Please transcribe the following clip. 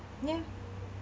ya